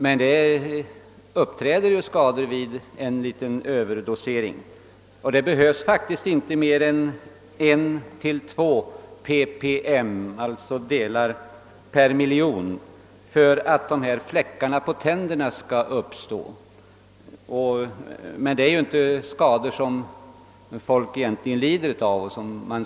Skador uppstår dock vid en överdosering. Det behövs faktiskt inte mer än 1 å 2 ppm, alltså delar per miljon, för att dessa fläckar på tänderna skall uppstå, men det är ju inte skador som folk egentligen lider av.